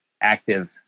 active